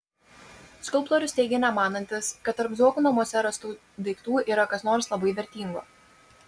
skulptorius teigia nemanantis kad tarp zuokų namuose rastų daiktų yra kas nors labai vertingo